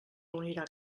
reunirà